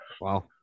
Wow